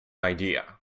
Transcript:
idea